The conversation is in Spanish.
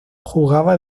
jugaba